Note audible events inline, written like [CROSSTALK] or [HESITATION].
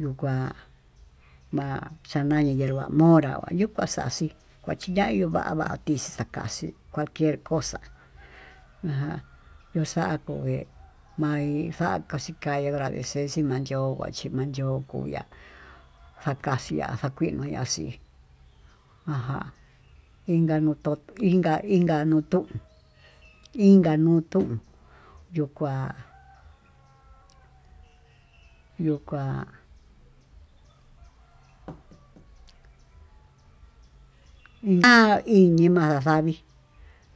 Yu'ú kuá ma'a chayan nde hierva morá ya yuu kuá xaxíi, kuá chinayuu va'a vatix takaxhícual quier cosa [NOISE] ma'a yoxa'a koé, ma'í xaka xhi kayee agradecer ximanyo'o guache manyó kuya'á ha xakaxia xakumayuu kaxii inka nuu to'ó inka inka nuu tu'ú inka nuu tuu yu'u kuá, yu'u kuá [HESITATION] ñina'a inima xaxavi